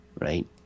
right